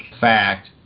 fact